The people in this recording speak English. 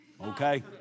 Okay